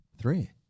three